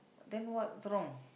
then what's wrong